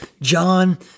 John